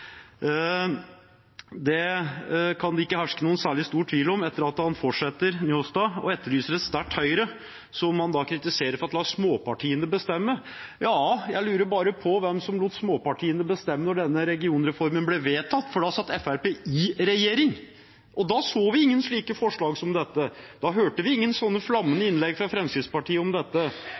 Det kan det ikke herske noen særlig stor tvil om etter at Njåstad fortsetter å etterlyse et sterkt Høyre, som han kritiserer for å la småpartiene bestemme. Jeg lurer bare på hvem som lot småpartiene bestemme da denne regionreformen ble vedtatt, for da satt Fremskrittspartiet i regjering. Da så vi ingen forslag som dette, da hørte vi ingen slike flammende innlegg fra Fremskrittspartiet om dette.